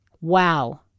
Wow